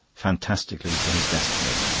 fatalistically to his destiny.